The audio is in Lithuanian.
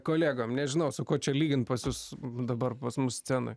kolegom nežinau su kuo čia lygint pas jus dabar pas mus scenoj